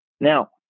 Now